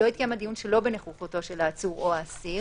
לא יתקיים הדיון שלא בנוכחותו של העצור או האסיר"